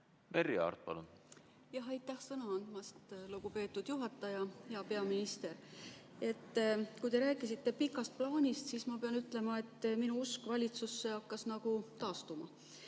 Eesti Energiast. Jah, aitäh sõna andmast, lugupeetud juhataja! Hea peaminister! Kui te rääkisite pikast plaanist, siis ma pean ütlema, et minu usk valitsusse hakkas nagu taastuma.